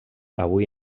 avui